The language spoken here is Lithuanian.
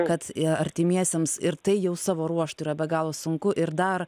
kad i artimiesiems ir tai jau savo ruožtu yra be galo sunku ir dar